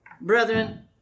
Brethren